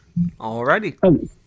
Alrighty